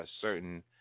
certain